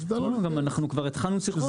לא, גם אנחנו כבר התחלנו שיחות.